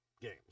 games